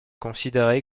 considérée